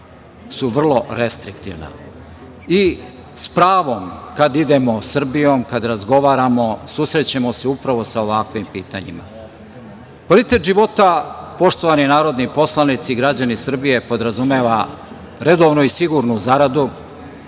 su vrlo restriktivna. S pravom kada idemo Srbijom, kada razgovaram susrećemo se upravo sa ovakvim pitanjima. Kvalitet života, poštovani narodni poslanici i građani Srbije podrazumeva redovnu i sigurnu zaradu,